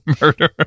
murder